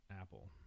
Apple